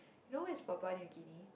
you know where is Papua New Guinea